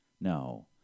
No